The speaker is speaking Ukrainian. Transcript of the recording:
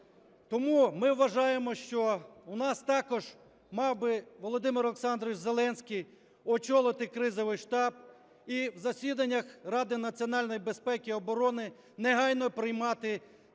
Тому ми вважаємо, що у нас також мав би Володимир Олександрович Зеленський очолити кризовий штаб і в засіданнях Ради національної безпеки і оборони негайно приймати